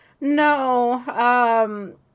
No